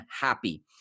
happy